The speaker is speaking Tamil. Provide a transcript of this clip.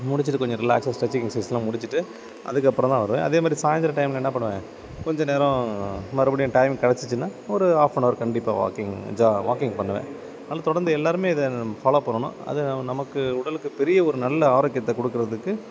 முடிச்சிட்டு கொஞ்சம் ரிலாக்ஸாக ஸ்ட்ரெட்சிங் எக்சசைஸ்லாம் முடிச்சிட்டு அதுக்கப்புறம் தான் வருவேன் அதே மாதிரி சாயந்திர டைமில் என்ன பண்ணுவேன் கொஞ்சம் நேரம் மறுபடியும் டைம் கிடச்சிச்சின்னா ஒரு ஆஃபனவர் கண்டிப்பாக வாக்கிங் ஜா வாக்கிங் பண்ணுவேன் நல்ல தொடர்ந்து எல்லாரும் இதை ஃபாலோவ் பண்ணணும் அத நமக்கு உடலுக்கு பெரிய ஒரு நல்ல ஆரோக்கியத்தை கொடுக்குறதுக்கு